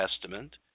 Testament